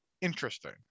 interesting